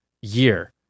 year